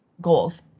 goals